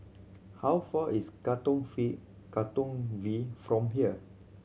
how far is Katong Katong V from here